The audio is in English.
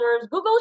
Google